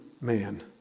man